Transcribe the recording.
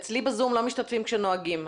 אצלי ב-זום לא משתתפים כשנוהגים.